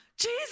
Jesus